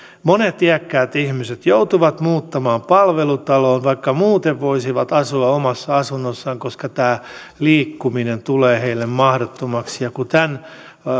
monet iäkkäät ihmiset joutuvat muuttamaan palvelutaloon vaikka muuten voisivat asua omassa asunnossaan koska tämä liikkuminen tulee heille mahdottomaksi kun tämän